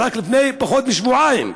לפני פחות משבועיים.